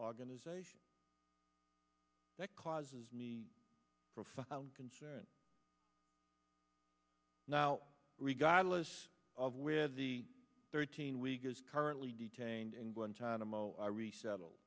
organization that causes me concern now regardless of where the thirteen week is currently detained in guantanamo i resettle